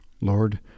Lord